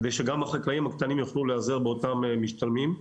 כדי שגם החקלאים הקטנים יוכלו להיעזר באותם משתלמים.